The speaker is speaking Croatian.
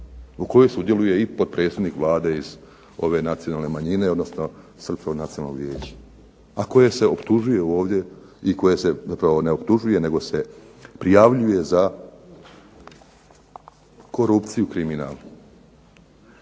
u kojoj sudjeluje i potpredsjednik Vlade iz ove nacionalne manjine, odnosno Srpskog nacionalnog vijeća, a koje se optužuje ovdje, zapravo ne optužuje nego se prijavljuje za korupciju i kriminal.